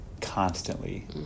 constantly